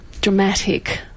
dramatic